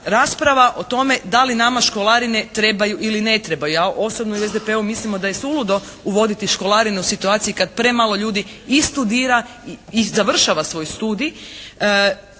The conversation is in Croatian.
rasprava o tome da li nama školarine trebaju ili ne trebaju. Ja osobno i u SDP-u mislimo da je suludo uvoditi školarinu u situaciji kad premalo ljudi i studira i završava svoj studij